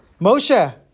Moshe